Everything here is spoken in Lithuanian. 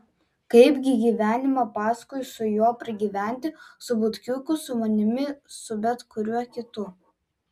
kaipgi gyvenimą paskui su juo pragyventi su butkiuku su manimi su bet kuriuo kitu